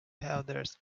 helders